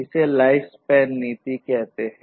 इस लाइफस्पैन नीति कहते हैं